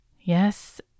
Yes